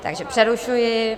Takže přerušuji.